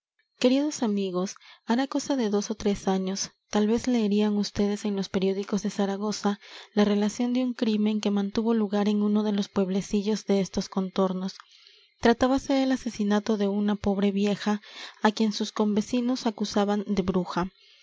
queridos amigos hará cosa de dos ó tres años tal vez leerían ustedes en los periódicos de zaragoza la relación de un crimen que tuvo lugar en uno de los pueblecillos de estos contornos tratábase del asesinato de una pobre vieja á quien sus convecinos acusaban de bruja